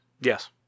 Yes